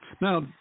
Now